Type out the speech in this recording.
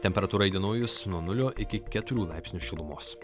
temperatūra įdienojus nuo nulio iki keturių laipsnių šilumos